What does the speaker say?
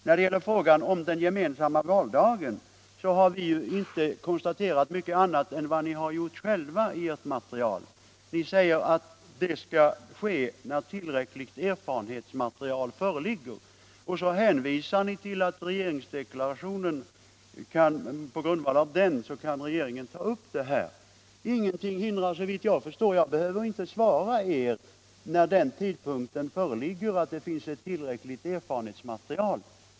När det gäller frågan om den gemensamma valdagen har vi inte konstaterat mycket annat än vad ni har gjort själva i ert material. Ni säger att en utvärdering bör ske när tillräckligt erfarenhetsmaterial föreligger. Så hänvisar ni till att regeringen på grundval av regeringsdeklarationen kan ta upp detta. Ingenting hindrar det, såvitt jag förstår, och jag behöver inte svara er. Ni avgör själva när det finns ett tillräckligt erfarenhetsmaterial.